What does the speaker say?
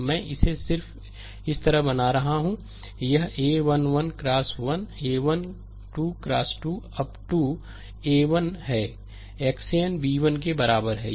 मैं इसे सिर्फ इस तरह बना रहा हूं यह a1 1 x 1 a1 2 x 2 up to a 1 है xn b 1 के बराबर है